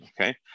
Okay